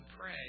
pray